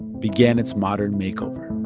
began its modern makeover